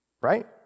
right